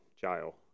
jail